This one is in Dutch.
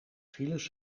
files